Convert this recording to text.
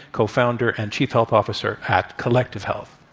cofounder and chief health officer at collective health.